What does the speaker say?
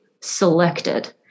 selected